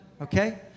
okay